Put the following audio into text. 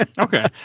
Okay